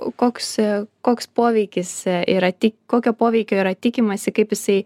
koks koks poveikis yra tik kokio poveikio yra tikimasi kaip jisai